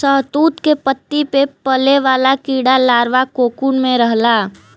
शहतूत के पत्ती पे पले वाला कीड़ा लार्वा कोकून में रहला